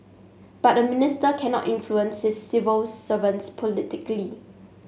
but a minister cannot influence his civil servants politically